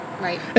Right